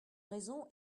raison